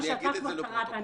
מה שאתה כבר קראת.